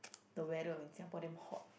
the weather in Singapore damn hot